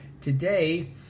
today